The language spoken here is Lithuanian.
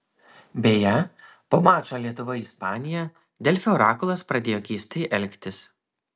beje po mačo lietuva ispanija delfi orakulas pradėjo keistai elgtis